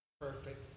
perfect